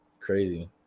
crazy